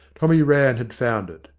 tommy rann had found it,